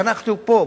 ואנחנו פה,